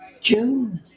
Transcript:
June